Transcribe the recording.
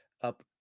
up